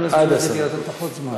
יכול להיות שזה הולך להיות בפחות זמן.